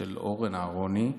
של אורן אהרוני,